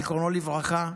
זיכרונו לברכה,